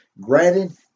granted